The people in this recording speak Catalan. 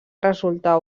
resultar